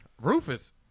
Rufus